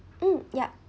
mm yup